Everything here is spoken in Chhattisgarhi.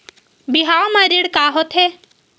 बिहाव म ऋण का होथे?